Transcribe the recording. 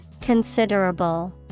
Considerable